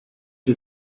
you